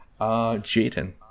Jaden